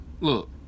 Look